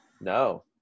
No